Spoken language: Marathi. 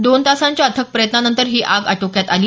दोन तासांच्या अथक प्रयत्नानंतर ही आग आटोक्यात आली